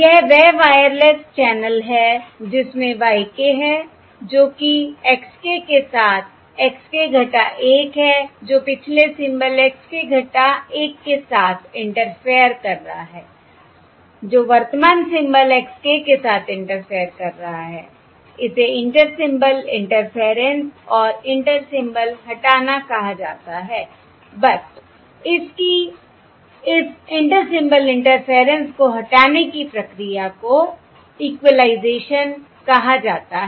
यह वह wireless channel है जिसमें y k है जो कि x k के साथ साथ x k 1 है जो पिछले सिंबल x k 1 के साथ इंटरफेयर कर रहा है जो वर्तमान सिंबल x k के साथ इंटरफेयर कर रहा है इसे इंटर सिंबल इंटरफेयरेंस और इंटर सिंबल हटाना कहा जाता है बस इस की इस इंटर सिंबल इंटरफेयरेंस को हटाने की प्रक्रिया को इक्वलाइजेशन कहा जाता है